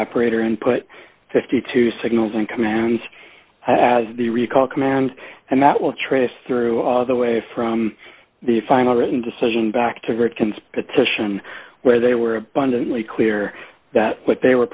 operator input fifty two signals and commands has the recall command and that will trash through all the way from the final written decision back to ripken's petition where they were abundantly clear that what they were